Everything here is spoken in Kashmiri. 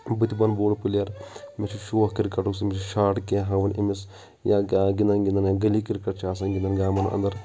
بہٕ تہِ بَنہٕ بوٚڑ پٕلیر مےٚ چھِ شوق کِرکَٹُک تٔمِس چھِ شاٹ کِینٛہہ ہاوٕنۍ أمِس یا گا گِنٛدان گِنٛدان گٔلی کِرکَٹ چھِ آسان گِنٛدان گامَن اَنٛدَر